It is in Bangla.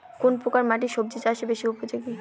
কোন প্রকার মাটি সবজি চাষে বেশি উপযোগী?